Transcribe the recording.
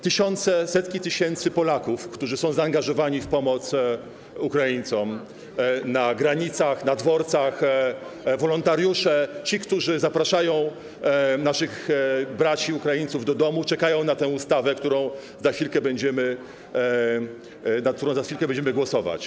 Tysiące, setki tysięcy Polaków, którzy są zaangażowani w pomoc Ukraińcom na granicach, na dworcach, wolontariusze, ci, którzy zapraszają naszych braci Ukraińców do domu, czekają na tę ustawę, nad którą za chwilkę będziemy głosować.